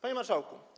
Panie Marszałku!